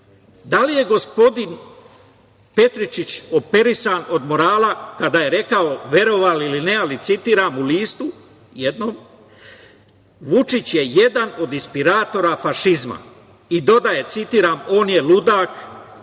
da li je gospodin Petričić operisan od morala kada je rekao verovali ili ne, citiram, u listu, jednom, Vučić je jedan od inspiratora fašizma, i dodaje, citiram, - on je ludak,